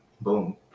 boom